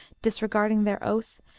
disregarding their oath,